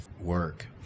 work